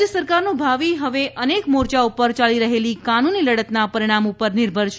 રાજ્ય સરકારનું ભાવિ હવે અનેક મોરચા પર ચાલી રહેલી કાનૂની લડતના પરિણામ પર નિર્ભર છે